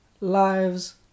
Lives